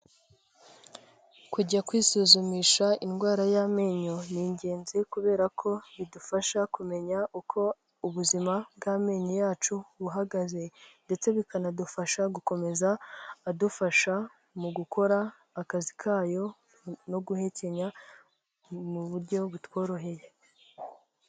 Kujya kwisuzumisha indwara y'amenyo ni ingenzi, kubera ko bidufasha kumenya uko ubuzima bw'amenyo yacu buhagaze, ndetse bikanadufasha gukomeza adufasha mu gukora akazi kayo, no guhekenya, mu buryo butworoheye.